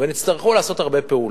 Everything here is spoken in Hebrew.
ויצטרכו לעשות הרבה פעולות.